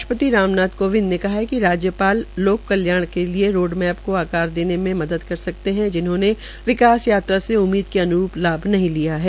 राष्ट्रपति राम नाथ कोविंद ने कहा है कि राज्यपाल लोक कल्याण के लिए रोडमैप को आकार देने में मदद कर सकते है जिन्होंने विकास यात्रा से उम्मीद के अन्रूप लाभ नहीं लिया है